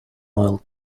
oil